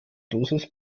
dosis